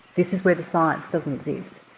this is where the science doesn't exist.